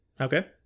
Okay